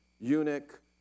eunuch